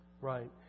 Right